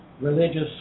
religious